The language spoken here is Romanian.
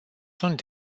sunt